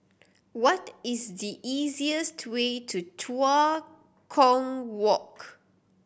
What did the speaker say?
what is the easiest way to Tua Kong Walk